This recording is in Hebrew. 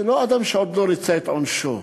זה לא אדם שעוד לא ריצה את עונשו,